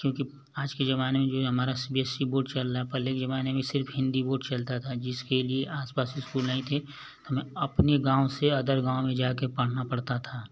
क्योंकि आज के ज़माने में जो ये हमारा ये C B S E board चल रहा है पहले के ज़माने में सिर्फ हिन्दी बोर्ड चलता था जिसके लिये आस पास स्कूल नहीं थे हमे अपने गाँव से जा कर अदर गाँव में पढ़ना पड़ता था